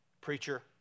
Preacher